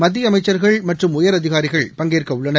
மத்திய அமைச்சர்கள் மற்றும் உயர் அதிகாரிகள் பங்கேற்கவுள்ளனர்